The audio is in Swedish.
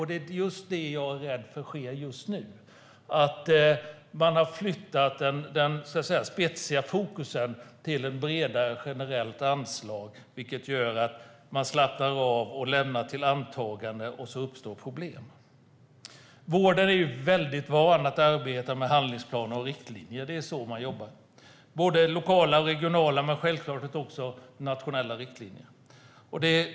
Det är just det jag är rädd för sker just nu - att man har flyttat spetsig fokus till ett bredare generellt anslag, vilket gör att man slappnar av och lämnar till antaganden. Då uppstår problem. Vården är van att arbeta med handlingsplaner och riktlinjer. Det är så man jobbar. Det gäller både lokala och regionala och självfallet också nationella riktlinjer.